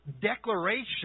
declaration